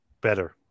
better